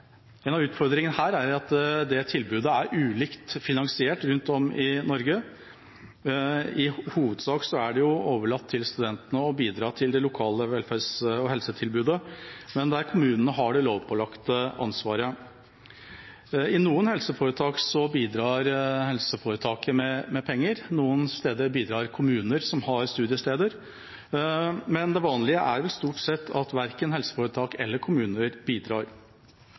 En av utfordringene her er at det tilbudet er ulikt finansiert rundt om i Norge. I hovedsak er det overlatt til studentene å bidra til det lokale velferds- og helsetilbudet, men kommunene har det lovpålagte ansvaret. I noen helseforetak bidrar helseforetaket med penger. Noen steder bidrar kommuner som har studiesteder. Men det vanlige er stort sett at verken helseforetak eller kommuner bidrar.